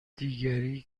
دیگری